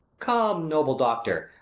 come, noble doctor,